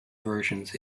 versions